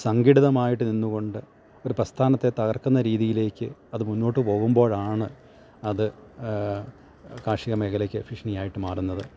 സംഘടിതമായിട്ട് നിന്ന് കൊണ്ട് ഒരു പ്രസ്ഥാനത്തെ തകർക്കുന്ന രീതിയിലേക്ക് അത് മുന്നോട്ട് പോകുമ്പോഴാണ് അത് കാർഷിക മേഖലയ്ക്ക് ഭീക്ഷണി ആയിട്ട് മാറുന്നത്